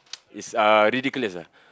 it's uh ridiculous ah